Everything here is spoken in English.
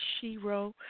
Shiro